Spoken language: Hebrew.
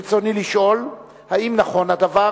ברצוני לשאול: האם נכון הדבר?